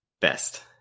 best